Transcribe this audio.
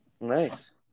Nice